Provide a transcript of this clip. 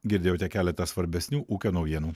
girdėjote keletą svarbesnių ūkio naujienų